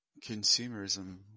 consumerism